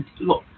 Look